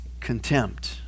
contempt